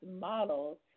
models